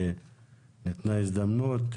וניתנה הזדמנות,